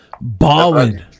balling